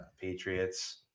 Patriots